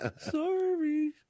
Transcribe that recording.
Sorry